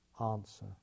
answer